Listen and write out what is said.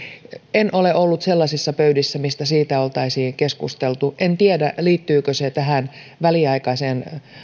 en ole ollut sellaisissa pöydissä mistä siitä oltaisiin keskusteltu en tiedä liittyykö se tähän väliaikaiseen